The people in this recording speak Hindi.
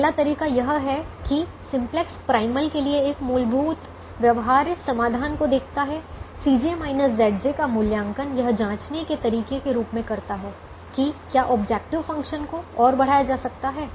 पहला तरीका यह है कि सिम्प्लेक्स प्राइमल के लिए एक मूलभूत व्यवहार्य समाधान को देखता है का मूल्यांकन यह जांचने के तरीके के रूप में करता है कि क्या ऑब्जेक्टिव फ़ंक्शन को और बढ़ाया जा सकता है